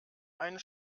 einen